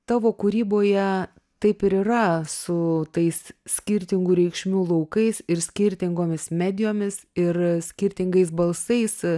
tavo kūryboje taip ir yra su tais skirtingų reikšmių laukais ir skirtingomis medijomis ir skirtingais balsais